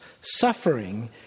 suffering